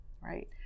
right